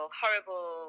horrible